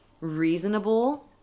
reasonable